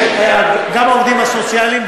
גם העובדים הסוציאליים,